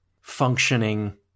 functioning